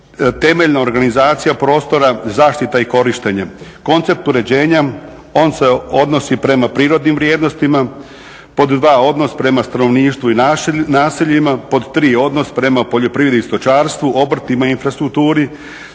temeljna organizacija prostora, zaštita i korištenje. Koncept uređenja on se odnosi prema prirodnim vrijednostima, pod 2. odnos prema stanovništvu i naseljima, pod 3. odnos prema poljoprivredi i stočarstvu, obrtima i infrastrukturi.